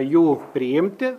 jų priimti